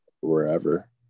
Wherever